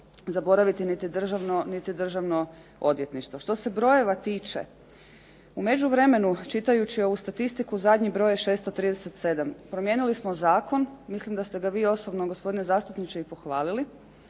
zaboraviti niti Državno odvjetništvo. Što se brojeva tiče, u međuvremenu čitajući ovu statistiku zadnji broj je 637. Promijenili smo zakon. Mislim da ste ga vi osobno gospodine zastupniče i pohvalili.